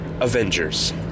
Avengers